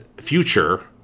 future